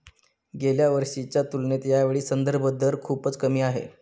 गेल्या वर्षीच्या तुलनेत यावेळी संदर्भ दर खूपच कमी आहे